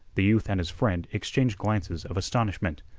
the youth and his friend exchanged glances of astonishment.